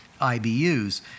IBUs